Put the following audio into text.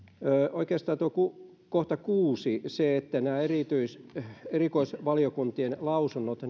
oikeastaan tuo kohta kuusi nämä erikoisvaliokuntien lausunnot